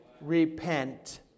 Repent